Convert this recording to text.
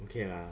okay lah